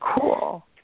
Cool